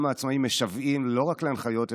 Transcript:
גם העצמאים משוועים לא רק להנחיות,